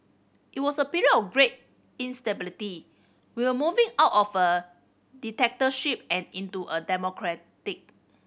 it was a period of great instability we were moving out of a dictatorship and into a democracy